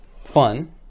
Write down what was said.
fun